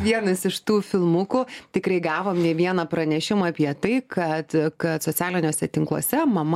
vienas iš tų filmukų tikrai gavom ne vieną pranešimą apie tai kad kad socialiniuose tinkluose mama